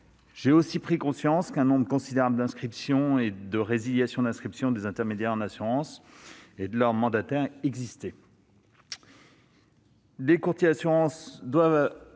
j'ai aussi pris conscience qu'il y avait un nombre considérable d'inscriptions et de résiliations d'inscriptions des intermédiaires en assurances et de leurs mandataires.